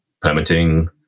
permitting